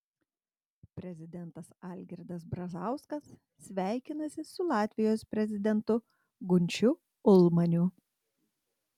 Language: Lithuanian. prezidentas algirdas brazauskas sveikinasi su latvijos prezidentu gunčiu ulmaniu